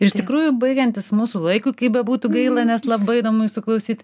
iš tikrųjų baigiantis mūsų laikui kaip bebūtų gaila nes labai įdomu jūsų klausyt